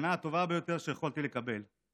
המתנה הטובה ביותר שיכולתי לקבל.